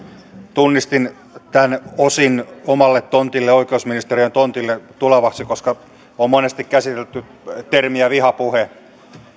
tunnistin tämän osin omalle tontilleni oikeusministeriön tontille tulevaksi koska on monesti käsitelty termiä vihapuhe